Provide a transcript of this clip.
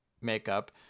makeup